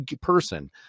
person